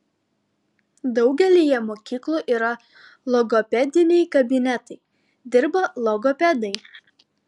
daugelyje mokyklų yra logopediniai kabinetai dirba logopedai